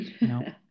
No